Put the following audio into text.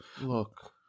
Look